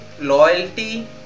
loyalty